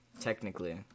Technically